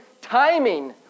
timing